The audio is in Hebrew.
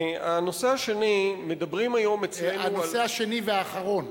הנושא השני, הנושא השני והאחרון.